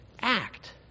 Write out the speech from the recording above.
act